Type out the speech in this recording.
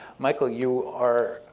michael, you are